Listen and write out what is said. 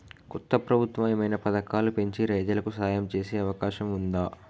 కొత్త ప్రభుత్వం ఏమైనా పథకాలు పెంచి రైతులకు సాయం చేసే అవకాశం ఉందా?